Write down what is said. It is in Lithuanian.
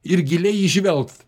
ir giliai įžvelgt